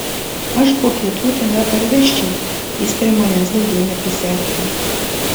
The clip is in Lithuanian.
aš po pietų tave parvežčiau jis prie manęs daugiau neprisiartino